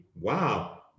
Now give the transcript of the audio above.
wow